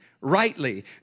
rightly